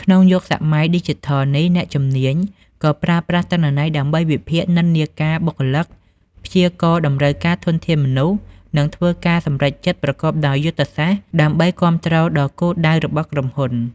ក្នុងយុគសម័យឌីជីថលនេះ អ្នកជំនាញ ក៏ប្រើប្រាស់ទិន្នន័យដើម្បីវិភាគនិន្នាការបុគ្គលិក ព្យាករណ៍តម្រូវការធនធានមនុស្ស និងធ្វើការសម្រេចចិត្តប្រកបដោយយុទ្ធសាស្ត្រ ដើម្បីគាំទ្រដល់គោលដៅរបស់ក្រុមហ៊ុន។